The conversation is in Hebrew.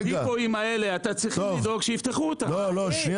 אתם צריכים לדאוג שיפתחו אותם.